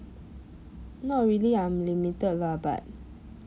not really unlimited lah